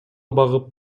багып